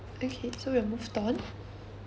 okay so we'll move on